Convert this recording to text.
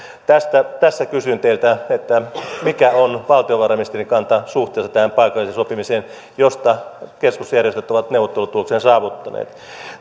tässä kysyn teiltä mikä on valtiovarainministerin kanta suhteessa tähän paikalliseen sopimiseen josta keskusjärjestöt ovat neuvottelutuloksen saavuttaneet